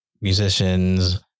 musicians